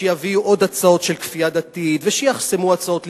שיביאו עוד הצעות של כפייה דתית ושיחסמו הצעות ליברליות,